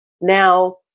Now